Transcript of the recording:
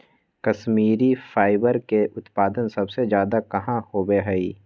Kashmiri fibre के उत्पादन सबसे ज्यादा कहाँ होबा हई?